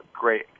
great